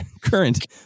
current